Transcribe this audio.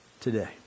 today